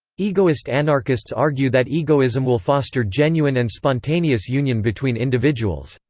egoist anarchists argue that egoism will foster genuine and spontaneous union between individuals.